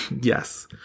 yes